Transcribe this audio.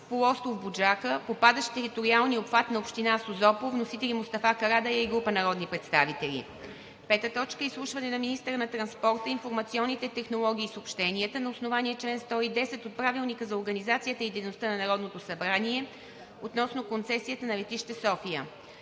полуостров „Буджака“, попадащ в териториалния обхват на община Созопол. Вносители – Мустафа Карадайъ и група народни представители. 5. Изслушване на министъра на транспорта, информационните технологии и съобщенията на основание чл. 110 от Правилника за организацията и дейността на Народното събрание относно концесията на летище София.